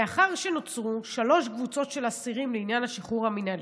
מאחר שנוצרו שלוש קבוצות של אסירים לעניין השחרור המינהלי,